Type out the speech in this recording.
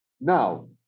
now